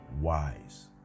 wise